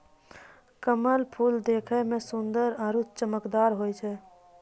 कमल फूल देखै मे सुन्दर आरु चमकदार होय छै